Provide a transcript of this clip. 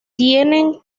tienen